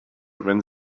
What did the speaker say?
wenn